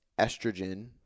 estrogen